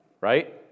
right